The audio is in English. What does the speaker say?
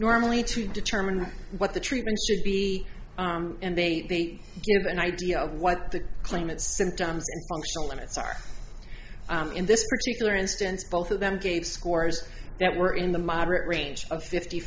normally to determine what the treatment should be and they give an idea of what the claimant symptoms limits are in this particular instance both of them gave scores that were in the moderate range of fifty